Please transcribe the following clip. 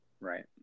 right